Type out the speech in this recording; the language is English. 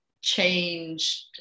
changed